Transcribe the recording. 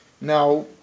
Now